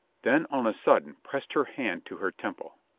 then on a sudden pressed her hand to her temple.